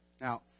Now